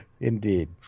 indeed